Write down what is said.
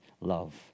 love